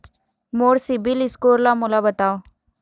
मोर CIBIL score ला मोला बताव?